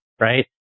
right